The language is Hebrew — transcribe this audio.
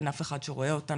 אין אף אחד שרואה אותם,